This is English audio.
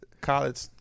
college